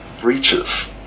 breaches